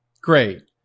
Great